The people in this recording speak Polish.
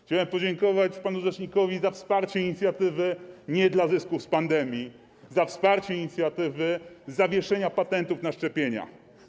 Chciałem podziękować panu rzecznikowi za wsparcie inicjatywy „Nie dla zysków z pandemii”, za wsparcie inicjatywy zawieszenia patentów na szczepienia.